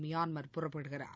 Myanmar புறப்படுகிறார்